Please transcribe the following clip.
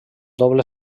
doble